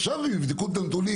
עכשיו יבדוק את הנתונים,